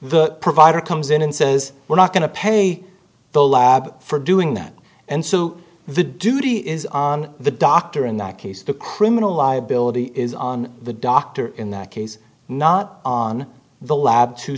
the provider comes in and says we're not going to pay the lab for doing that and so the duty is on the doctor in that case the criminal liability is on the doctor in that case not on the lab to